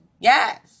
Yes